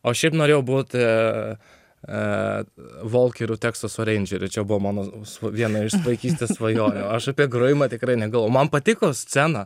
o šiaip norėjau būt a a volkeriu teksaso reindžeriu čia buvo mano sv viena iš vaikystės svajonių aš apie grojimą tikrai negalvo man patiko scena